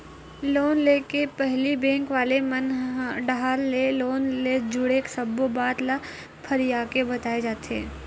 loan ले के पहिली बेंक वाले मन डाहर ले लोन ले जुड़े सब्बो बात ल फरियाके बताए जाथे